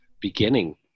beginning